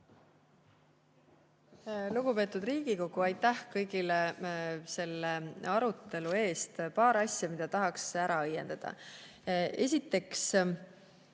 Lugupeetud Riigikogu, aitäh kõigile selle arutelu eest! Paar asja, mida tahaks ära õiendada. Esiteks,